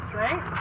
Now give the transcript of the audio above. right